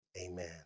Amen